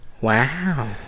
Wow